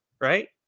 right